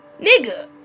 Nigga